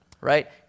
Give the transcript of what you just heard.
right